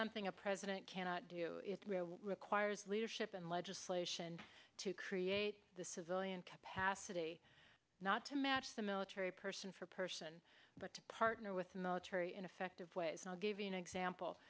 something a president cannot do it requires leadership and legislation to create the civilian capacity not to match the military person for person but to part no with the military in effective ways i'll give you an example